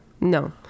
No